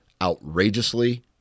Outrageously